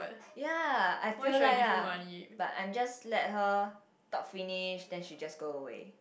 ya I feel like lah but I'm just let her talk finish then she just go away